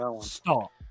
Stop